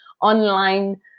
online